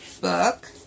book